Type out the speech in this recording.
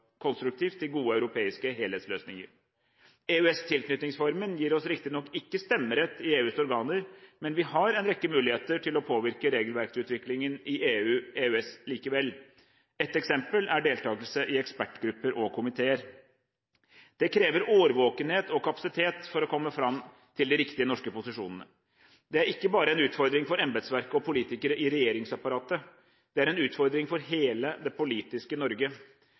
konstruktivt til gode europeiske helhetsløsninger. EØS-tilknytningsformen gir oss riktignok ikke stemmerett i EUs organer, men vi har en rekke muligheter til å påvirke regelverksutviklingen i EU/EØS likevel. Ett eksempel er deltakelse i ekspertgrupper og komiteer. Det krever årvåkenhet og kapasitet for å komme fram til de riktige norske posisjonene. Det er ikke bare en utfordring for embetsverket og politikere i regjeringsapparatet; det er en utfordring for hele det politiske Norge.